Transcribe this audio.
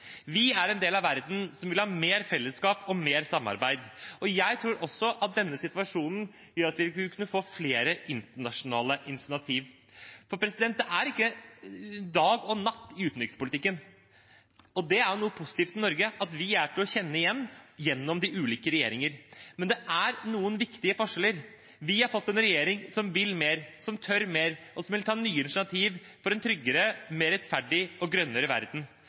Vi er en del av en verden som vil ha mer fellesskap og mer samarbeid. Jeg tror også at denne situasjonen gjør at vi vil kunne få flere internasjonale initiativer. Det er ikke dag og natt i utenrikspolitikken, og det er positivt ved Norge at vi er til å kjenne igjen gjennom de ulike regjeringer. Men det er noen viktige forskjeller. Vi har fått en regjering som vil mer, som tør mer, og som vil ta nye initiativer for en tryggere, mer rettferdig og grønnere verden.